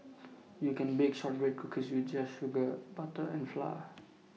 you can bake Shortbread Cookies with just sugar butter and flour